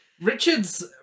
Richard's